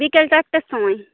বিকেল চারটের সময়